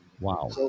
wow